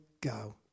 go